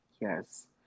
yes